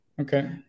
Okay